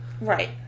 Right